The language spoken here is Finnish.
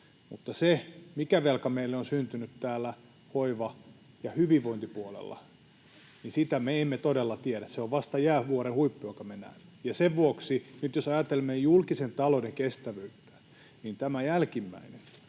sitä, mikä velka meille on syntynyt hoiva‑ ja hyvinvointipuolella, me emme todella tiedä. Se on vasta jäävuoren huippu, jonka me näemme, ja sen vuoksi nyt, jos ajattelemme julkisen talouden kestävyyttä, niin tämä jälkimmäinen,